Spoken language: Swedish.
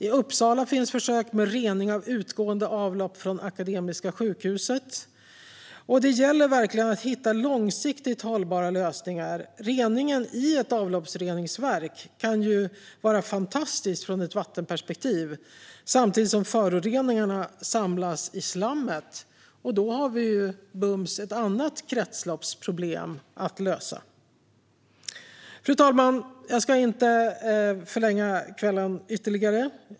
I Uppsala finns försök med rening av utgående avlopp från Akademiska sjukhuset. Det gäller verkligen att hitta långsiktigt hållbara lösningar. Reningen i ett avloppsreningsverk kan vara fantastisk från ett vattenperspektiv samtidigt som föroreningarna samlas i slammet. Då har vi bums ett annat kretsloppsproblem att lösa. Fru talman! Jag ska inte förlänga kvällens debatt ytterligare.